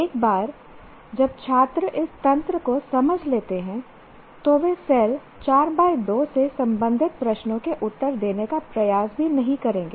एक बार जब छात्र इस तंत्र को समझ लेते हैं तो वे सेल 4 2 से संबंधित प्रश्नों के उत्तर देने का प्रयास भी नहीं करेंगे